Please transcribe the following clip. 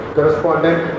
Correspondent